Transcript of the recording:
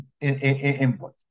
input